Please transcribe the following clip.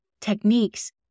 techniques